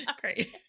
Great